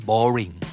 Boring